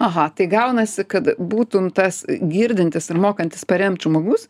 aha tai gaunasi kad būtum tas girdintis ir mokantis paremt žmogus